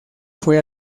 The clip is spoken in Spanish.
fue